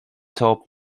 top